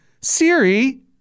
Siri